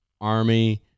army